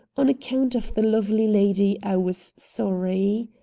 on account of the lovely lady, i was sorry.